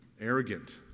arrogant